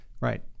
Right